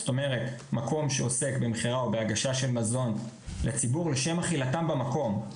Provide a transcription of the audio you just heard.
זאת אומרת מקום שעוסק במכירה או בהגשה של מזון לציבור לשם אכילתם במקום,